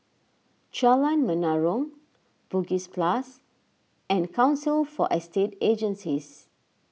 Jalan Menarong Bugis Plus and Council for Estate Agencies